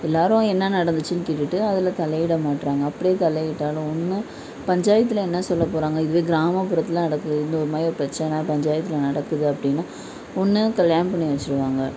எல்லாரும் என்ன நடந்துச்சின்னு கேட்டுகிட்டு அதில் தலையிட மாட்றாங்கள் அப்படியே தலையிட்டாலும் ஒன்று பஞ்சாயத்தில் என்ன சொல்லப் போறாங்கள் இதுவே கிராமப்புறத்தில் நடக்குது இந்த ஒரு மாதிரி பிரச்சனை பஞ்சாயத்தில் நடக்குது அப்படின்னா ஒன்று கல்யாணம் பண்ணி வச்சிடுவாங்க